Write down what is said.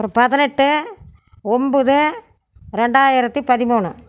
அப்றம் பதினெட்டு ஒன்பது ரெண்டாயிரத்தி பதிமூணு